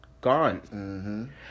gone